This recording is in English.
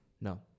No